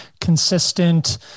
consistent